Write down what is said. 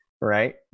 right